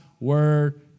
word